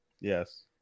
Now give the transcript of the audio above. yes